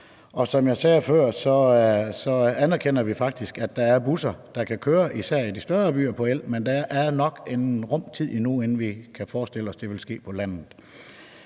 og som jeg sagde før, anerkender vi faktisk, at der er busser, der kan køre på el, især i de større byer, men der er nok en rum tid endnu, inden vi kan forestille os det vil ske på landet.